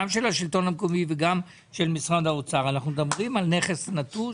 גם של השלטון המקומי וגם של משרד האוצר אנחנו מדברים על נכס נטוש,